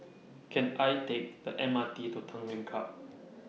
Can I Take The M R T to Tanglin Club